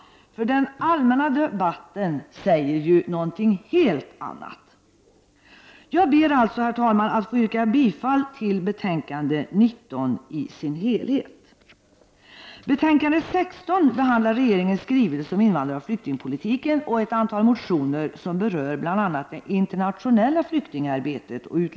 Den allmänna debatten säger ju någonting helt annat. Jag ber alltså, herr talman, att få yrka bifall till utskottets hemställan i betänkande nr 19 i dess helhet.